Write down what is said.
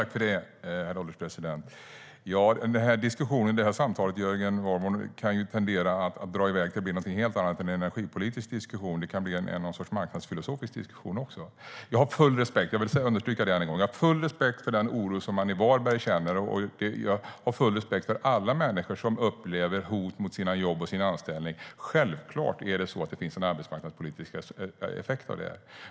Herr ålderspresident! Den här diskussionen kan tendera att dra i väg till att bli någonting helt annat än en energipolitisk diskussion, Jörgen Warborn. Det kan också bli någon sorts marknadsfilosofisk diskussion. Jag vill än en gång understryka att jag har full respekt för den oro man känner i Varberg. Jag har full respekt för alla människor som upplever hot mot sina jobb och sin anställning. Det finns självklart en arbetsmarknadspolitisk effekt av detta.